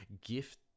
gift